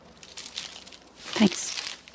Thanks